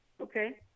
Okay